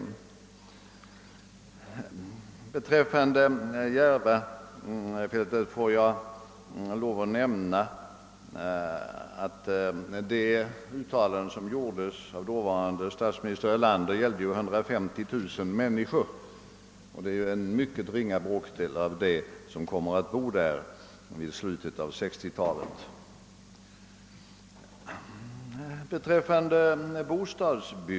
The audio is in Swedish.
Vad beträffar Järvafältet vill jag erinra om att det uttalande som gjordes av dåvarande statsminister Erlander gällde 150000 människor. Det är ju en mycket ringa bråkdel av detta antal som kommer att bo där i slutet av 1960 talet.